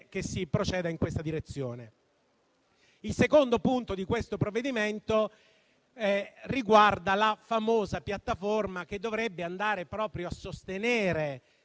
Il secondo punto di questo provvedimento riguarda la famosa piattaforma che dovrebbe andare a sostenere